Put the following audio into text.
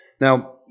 Now